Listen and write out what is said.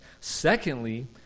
Secondly